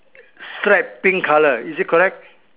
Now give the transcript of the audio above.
slight pink colour is it correct